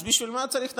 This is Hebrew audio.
אז בשביל מה צריך נורבגי?